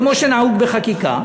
כמו שנהוג בחקיקה,